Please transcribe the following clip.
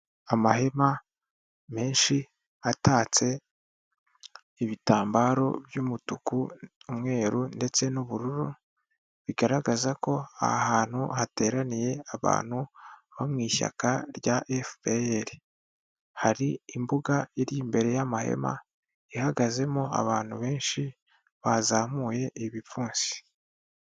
Amahema menshi atatse ibitambaro by'umutuku, umweru ndetse n'ubururu, bigaragaza ko aha hantu hateraniye abantu bo mu ishyaka rya FPR. Hari imbuga iri imbere y'amahema, ihagazemo abantu benshi bazamuye ibipfunsi.